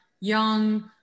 young